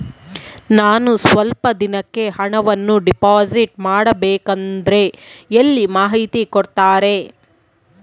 ನಾನು ಸ್ವಲ್ಪ ದಿನಕ್ಕೆ ಹಣವನ್ನು ಡಿಪಾಸಿಟ್ ಮಾಡಬೇಕಂದ್ರೆ ಎಲ್ಲಿ ಮಾಹಿತಿ ಕೊಡ್ತಾರೆ?